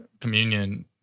communion